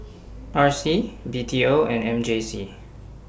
R C B T O and M J C